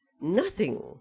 Nothing